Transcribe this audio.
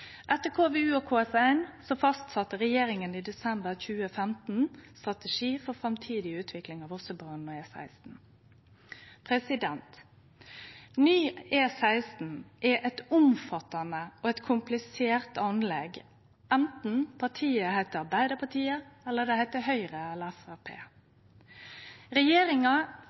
Etter KVU og KS1 fastsette regjeringa i desember 2015 strategi for framtidig utvikling av Vossebanen og E16. Ny E16 er eit omfattande og komplisert anlegg – enten partiet heiter Arbeidarpartiet, Høgre eller